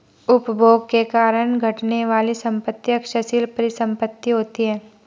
उपभोग के कारण घटने वाली संपत्ति क्षयशील परिसंपत्ति होती हैं